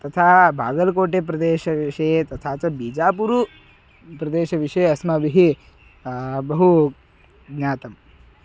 तथा बागल्कोटे प्रदेशविषये तथा च बीजापुरुप्रदेशविषये अस्माभिः बहु ज्ञातम्